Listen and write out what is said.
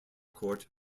court